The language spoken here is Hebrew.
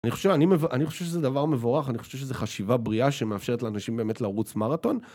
אני חושב שזה דבר מבורך, אני חושב שזה חשיבה בריאה שמאפשרת לאנשים באמת לרוץ מרתון.